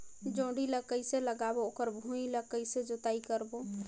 जोणी ला कइसे लगाबो ओकर भुईं ला कइसे जोताई करबो?